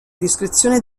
discrezione